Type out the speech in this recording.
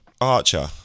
Archer